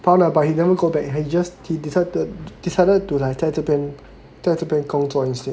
found lah but he never go back he just he decided decided to like 在这边在这边工作 instead